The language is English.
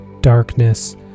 darkness